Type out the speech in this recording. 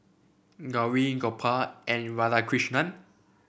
Gauri Gopal and Radhakrishnan